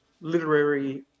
literary